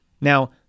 Now